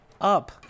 up